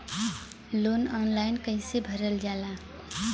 Loan online कइसे भरल जाला?